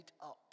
up